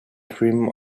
dream